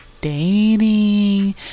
dating